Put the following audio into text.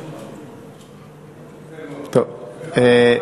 יפה מאוד.